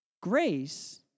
Grace